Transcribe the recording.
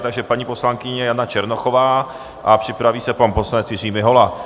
Takže paní poslankyně Jana Černochová a připraví se pan poslanec Jiří Mihola.